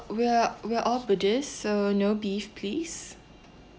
we're we're all buddhist so no beef please